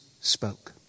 spoke